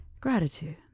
gratitude